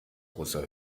großer